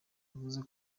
bivuze